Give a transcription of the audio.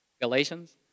Galatians